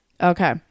Okay